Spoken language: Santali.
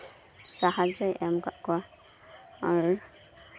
ᱥᱟᱦᱟᱡᱡᱚᱭ ᱮᱢ ᱟᱠᱟᱫ ᱠᱚᱣᱟ ᱟᱨ